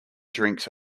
drinks